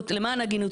למען ההגינות,